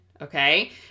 okay